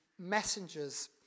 messengers